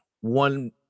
one